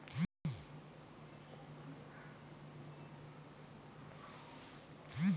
जीरार इस्तमाल दाल आर सब्जीक तड़का लगव्वार त न मुख्य रूप स कराल जा छेक